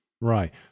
Right